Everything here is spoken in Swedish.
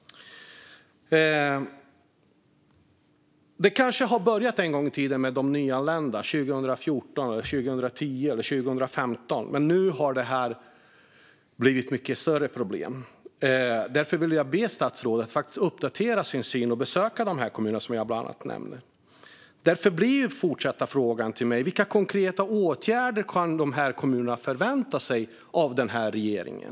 Det kanske började en gång i tiden med de nyanlända, 2010, 2014 eller 2015. Men nu har social dumpning blivit ett mycket större problem. Därför vill jag be statsrådet att uppdatera sin syn och besöka bland annat de kommuner som jag nämner. Den fortsatta frågan från mig blir: Vilka konkreta åtgärder kan kommunerna förvänta sig av regeringen?